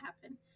happen